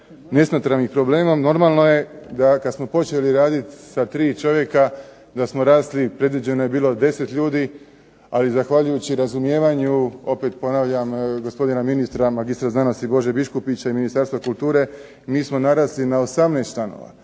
nesmotrenim problemom normalno je da kad smo počeli raditi sa tri čovjeka da smo rasli. Predviđeno je bilo 10 ljudi, ali zahvaljujući razumijevanju opet ponavljam gospodina ministra magistra znanosti Bože Biškupića i Ministarstva kulture. Mi smo narasli na 18 članova